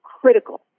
critical